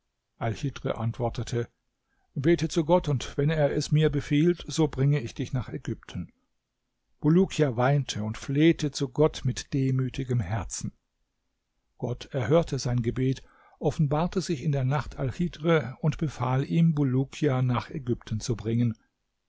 antwortete bete zu gott und wenn er es mir befiehlt so bringe ich dich nach ägypten bulukia weinte und flehte zu gott mit demütigem herzen gott erhörte sein gebet offenbarte sich in der nacht alchidhr und befahl ihm bulukia nach ägypten zu bringen